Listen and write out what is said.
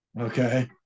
Okay